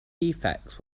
deficits